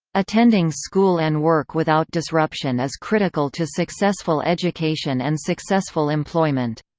attending school and work without disruption is critical to successful education and successful employment.